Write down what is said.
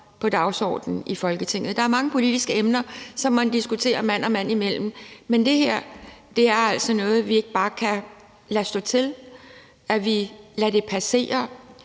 på dagsordenen i Folketinget, og der er mange politiske emner, som man diskuterer mand og mand imellem, men det her er altså noget, hvor vi ikke bare kan lade stå til og lade det passere.